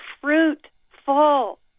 fruitful